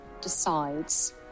decides